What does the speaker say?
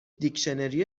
دیکشنری